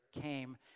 came